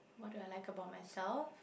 what do I like about myself